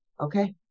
okay